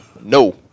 no